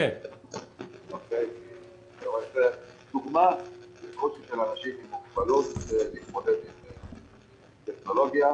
זה דוגמה לקושי של אנשים עם מוגבלות להתמודד עם טכנולוגיה.